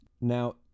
Now